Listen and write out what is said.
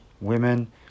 women